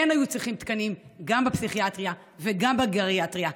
כן היו צריכים תקנים גם בפסיכיאטריה וגם בגריאטריה,